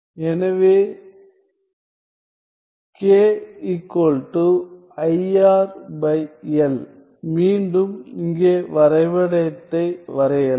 எனவே k iR L மீண்டும் இங்கே வரைபடத்தை வரையலாம்